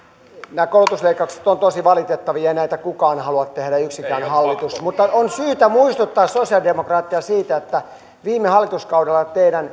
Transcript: nämä koulutusleikkaukset ovat tosi valitettavia ja ei näitä kukaan halua tehdä yksikään hallitus mutta on syytä muistuttaa sosialidemokraatteja siitä että viime hallituskaudella teidän